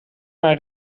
mijn